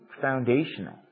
foundational